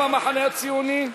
גם המחנה הציוני,